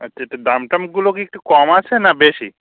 আচ্ছা তা দাম টামগুলো কি একটু কম আছে না বেশি